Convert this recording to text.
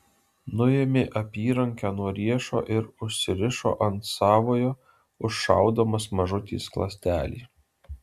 nuėmė apyrankę nuo riešo ir užsirišo ant savojo užšaudamas mažutį skląstelį